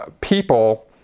people